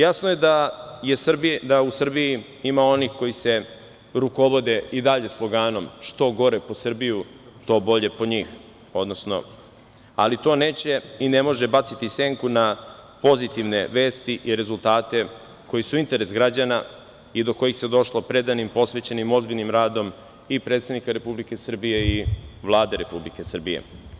Jasno je da u Srbiji ima onih koji se rukovode i dalje sloganom, što gore po Srbiju, to bolje po njih, odnosno, ali to neće i ne može baciti senku na pozitivne vesti i rezultate koji su interes građana i do kojih se došlo predanim, posvećenim, ozbiljnim radom i predsednika Republike Srbije i Vlade Republike Srbije.